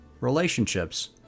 relationships